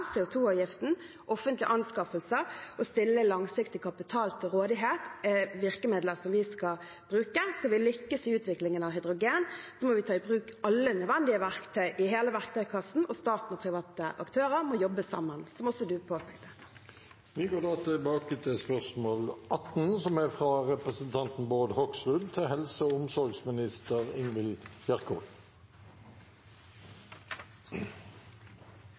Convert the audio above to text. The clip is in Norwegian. offentlige anskaffelser og å stille langsiktig kapital til rådighet er virkemidler vi skal bruke. Skal vi lykkes i utviklingen av hydrogen, må vi ta i bruk alle nødvendige verktøy i hele verktøykassen, og staten og private aktører må jobbe sammen – som også representanten påpeker. Vi går tilbake til spørsmål 18. «I fjor ble det utført en helseøkonomisk analyse som konkluderer med at tilgang til